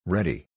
Ready